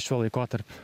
šiuo laikotarpiu